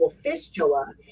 fistula